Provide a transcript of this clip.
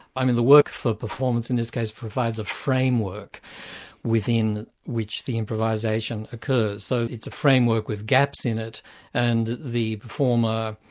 i mean the work for performance in this case provides a framework within which the improvisation occurs. so it's a framework with gaps in it and the performer,